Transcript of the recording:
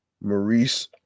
Maurice